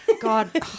God